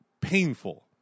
Painful